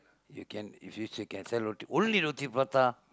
you can if you still can sell only roti-prata